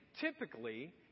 typically